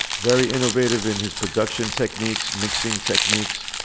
very innovative in his production techniques mixing techniques.